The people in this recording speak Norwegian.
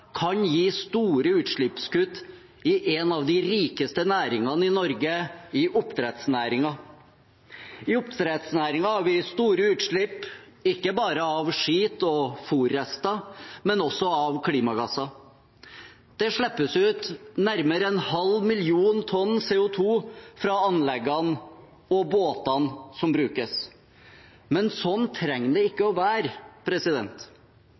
kan gi store utslippskutt i en av de rikeste næringene i Norge, i oppdrettsnæringen. I oppdrettsnæringen har vi store utslipp, ikke bare av skit og fôrrester, men også av klimagasser. Det slippes ut nærmere 0,5 mill. tonn CO 2 fra anleggene og båtene som brukes, men sånn trenger det ikke